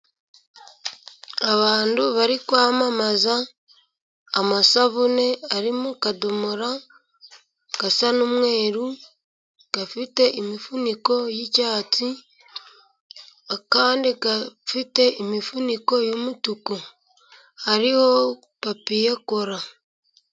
Abantu bari kwamamaza amasabune ari mu kadomoraa gasa n'umweru gafite imifuniko y'icyatsi, akandi gafite imifuniko y'umutuku hariho papiyekora.